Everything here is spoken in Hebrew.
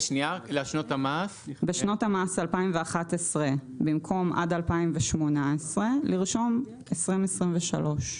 בשנות המס 2011 במקום עד 2018, לרשום 2023,